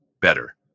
better